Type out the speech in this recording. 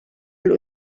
lui